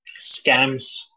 scams